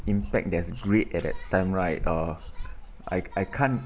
impact there's great at that time right uh I I can't